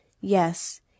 Yes